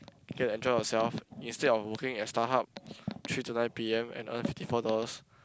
K enjoy yourself instead of working at StarHub three to nine P_M and earn fifty four dollars